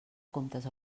comptes